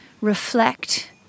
reflect